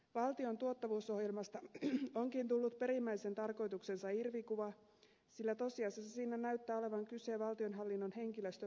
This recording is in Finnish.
valtion tuottavuusohjelmasta onkin tullut perimmäisen tarkoituksensa irvikuva sillä tosiasiassa siinä näyttää olevan kyse valtionhallinnon henkilöstön vähentämisohjelmasta